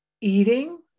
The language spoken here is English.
eating